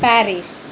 Paris